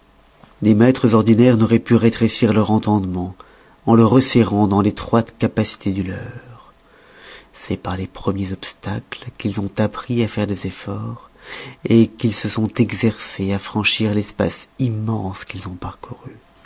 des maîtres ordinaires n'auroient pu que rétrécir leur entendement en le resserrant dans l'étroite capacité du leur c'est par les premiers obstacles qu'ils ont appris à faire des efforts et qu'ils se sont exercés à franchir l'espace immense qu'ils ont parcouru